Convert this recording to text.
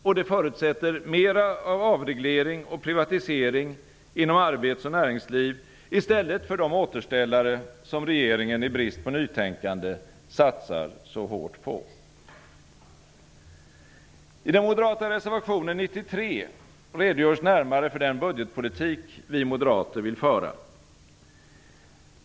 Och det förutsätter mera av avreglering och privatisering inom arbets och näringsliv i stället för de återställare som regeringen i brist på nytänkande satsar så hårt på. I den moderata reservationen 93 redogörs närmare för den budgetpolitik vi moderater vill föra.